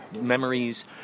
memories